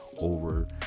over